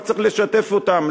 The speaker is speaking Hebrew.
רק צריך לשתף אותם,